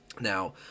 Now